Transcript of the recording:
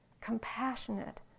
compassionate